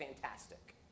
Fantastic